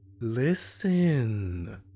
Listen